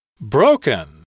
broken